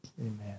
Amen